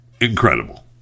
incredible